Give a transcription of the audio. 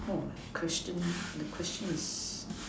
oh question the question is